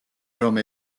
რომ